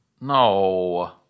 No